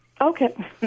Okay